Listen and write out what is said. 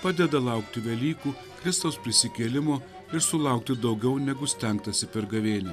padeda laukti velykų kristaus prisikėlimo ir sulaukti daugiau negu stengtasi per gavėnią